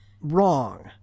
wrong